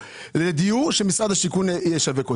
לדיור שמשרד השיכון ישווק אותה.